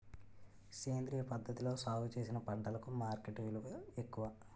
సేంద్రియ పద్ధతిలో సాగు చేసిన పంటలకు మార్కెట్ విలువ ఎక్కువ